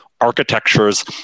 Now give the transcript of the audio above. architectures